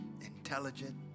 intelligent